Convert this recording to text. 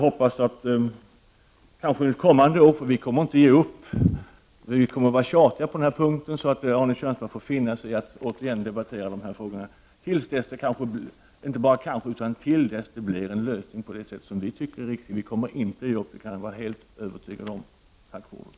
Vi kommer inte att ge upp utan kommer att vara tjatiga på denna punkt, så Arne Kjörnsberg får finna sig i att återigen debattera dessa frågor till dess det blir en lösning som vi anser är riktig. Vi kommer inte att ge upp, det kan Arne Kjörnsberg vara helt övertygad om. Tack för ordet.